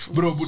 Bro